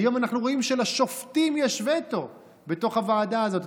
היום אנחנו רואים שלשופטים יש וטו בתוך הוועדה הזאת.